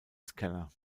scanner